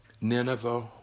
Nineveh